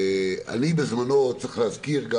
צריך להזכיר,